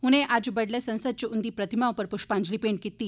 उनें अज्ज बडलै संसद इच उन्दी प्रतिमा उप्पर पुष्पांजलि मेंट कीती